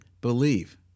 believe